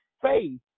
faith